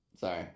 Sorry